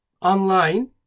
online